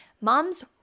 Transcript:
Moms